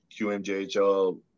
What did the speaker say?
QMJHL